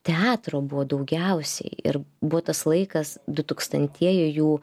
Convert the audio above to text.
teatro buvo daugiausiai ir buvo tas laikas du tūkstantieji jų